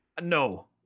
no